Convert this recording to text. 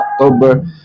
October